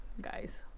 Guys